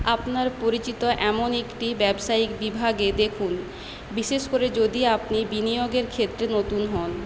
আপনার পরিচিত এমন একটি ব্যবসায়িক বিভাগে দেখুন বিশেষ করে যদি আপনি বিনিয়োগের ক্ষেত্রে নতুন হন